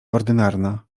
ordynarna